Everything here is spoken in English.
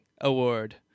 award